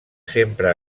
sempre